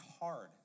hard